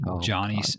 Johnny